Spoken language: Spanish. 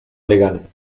legal